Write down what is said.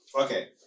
Okay